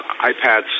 iPads